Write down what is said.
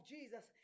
Jesus